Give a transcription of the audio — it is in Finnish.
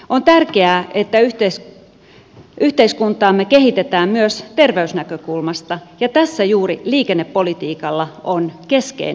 on tärkeää että yhteiskuntaamme kehitetään myös terveysnäkökulmasta ja tässä juuri liikennepolitiikalla on keskeinen rooli